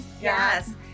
Yes